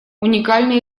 уникальные